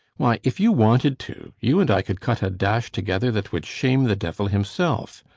why, if you wanted to, you and i could cut a dash together that would shame the devil himself.